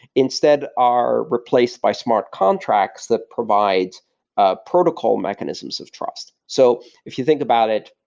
instead are replaced by smart contracts that provides ah protocol mechanisms of trust. so if you think about it,